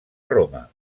roma